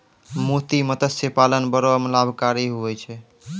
मोती मतस्य पालन बड़ो लाभकारी हुवै छै